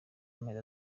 amezi